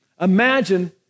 Imagine